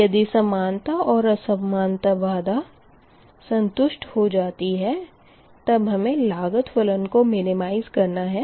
यदि समानता और असमानता बाधा संतुष्ट हो जाती है तब हमें लागत फलन को मिनिमाइस करना है